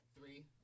Three